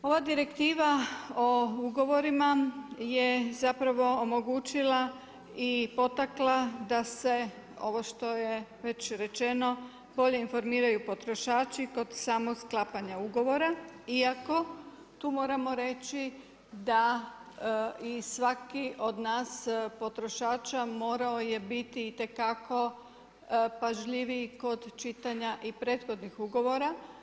Ova Direktiva o ugovorima je zapravo omogućila i potakla da se ovo što je već rečeno bolje informiraju potrošači kod samog sklapanja ugovora, iako tu moramo reći da i svaki od nas potrošača morao je biti itekako pažljiviji kod čitanja i prethodnih ugovora.